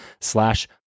slash